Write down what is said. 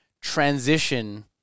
transition